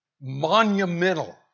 monumental